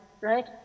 right